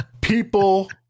People